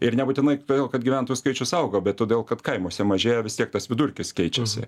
ir nebūtinai todėl kad gyventojų skaičius auga bet todėl kad kaimuose mažėja vis tiek tas vidurkis keičiasi